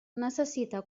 necessita